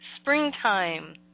springtime